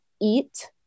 eat